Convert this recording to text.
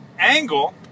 Angle